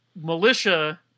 Militia